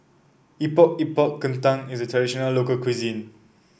Epok Epok Kentang is a traditional local cuisine